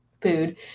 food